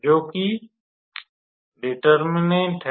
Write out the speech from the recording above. जोकि है